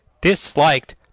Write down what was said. disliked